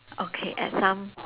okay at some